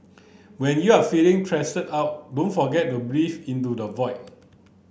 when you are feeling out don't forget to breathe into the void